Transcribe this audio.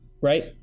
right